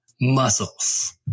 Muscles